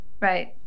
Right